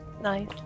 nice